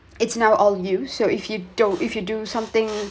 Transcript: it's now all you so if you don't if you do something